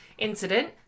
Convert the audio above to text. incident